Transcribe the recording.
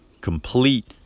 complete